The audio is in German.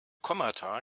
kommata